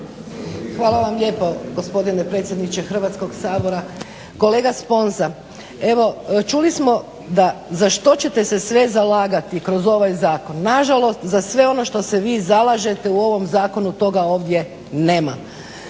Hvala vam lijepo gospodine predsjedniče Hrvatskog sabora. Kolega Sponza evo čuli smo za što ćete se sve zalagati kroz ovaj zakon. Nažalost, za sve ono za što se vi zalažete u ovom zakonu toga ovdje nema.